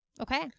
Okay